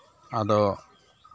ᱟᱫᱚ